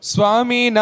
Swami